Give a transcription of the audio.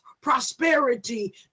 prosperity